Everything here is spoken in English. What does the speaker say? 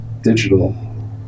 digital